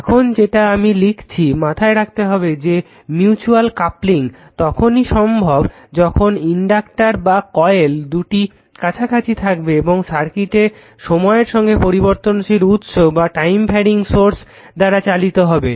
এখন যেটা আমি লিখেছি মাথায় রাখতে হবে যে মিউচুয়াল ক্যাপলিং তখনই সম্ভব যখন ইনডাক্টার বা কয়েল দুটি কাছাকাছি থাকবে এবং সার্কিটটি সময়ের সঙ্গে পরিবর্তনশীল উৎস দ্বারা চালিত হবে